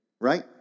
right